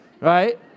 right